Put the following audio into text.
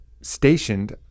stationed